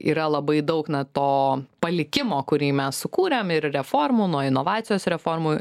yra labai daug na to palikimo kurį mes sukūrėm ir reformų nuo inovacijos reformų